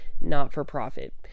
not-for-profit